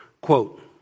quote